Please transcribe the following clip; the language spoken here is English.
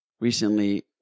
recently